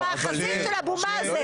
למאחזים של אבו מאזן.